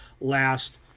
last